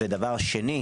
שנית,